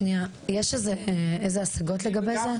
שנייה, יש איזה השגות לגבי זה?